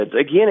Again